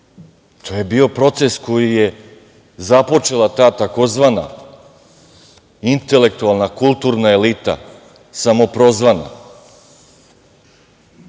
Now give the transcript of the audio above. To je bio proces koji je započela ta tzv. intelektualna, kulturna elita, samoprozvana,